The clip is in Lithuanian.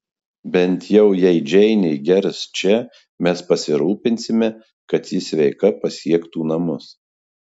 bent jau jei džeinė gers čia mes pasirūpinsime kad ji sveika pasiektų namus